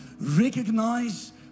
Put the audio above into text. recognize